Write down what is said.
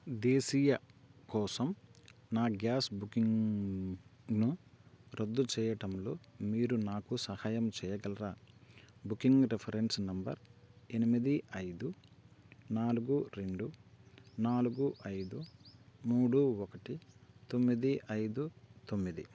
దేశీయ కోసం నా గ్యాస్ బుకింగ్ను రద్దు చేయటంలో మీరు నాకు సహాయం చేయగలరా బుకింగ్ రిఫరెన్స్ నంబర్ ఎనిమిది ఐదు నాలుగు రెండు నాలుగు ఐదు మూడు ఒకటి తొమ్మిది ఐదు తొమ్మిది